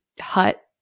hut